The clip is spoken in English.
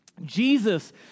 Jesus